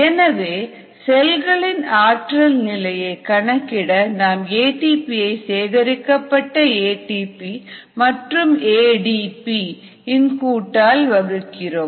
எனவே செல்களின் ஆற்றல் நிலையை கணக்கிட நாம் ஏடிபி ஐ சேகரிக்கப்பட்ட ஏடிபி மற்றும் ஏடிபி இன் கூட்டால் வகுக்கிறோம்